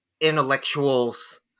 intellectuals